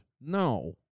No